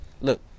look